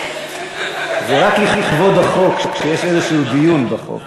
זה רק לכבוד החוק שיש איזה דיון בחוק.